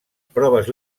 proves